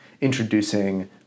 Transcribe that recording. introducing